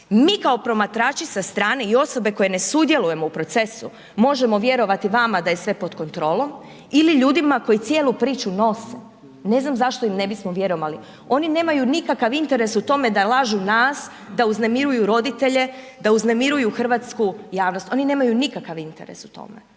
Mi kao promatrači sa strane i osobe koje ne sudjelujemo u procesu možemo vjerovati vama da je sve pod kontrolom ili ljudima koji cijelu priču nose, ne znam zašto im ne bismo vjerovali, oni nemaju nikakav interes u tome da lažu nas, da uznemiruju roditelje, da uznemiruju hrvatsku javnost, oni nemaju nikakav interes u tome,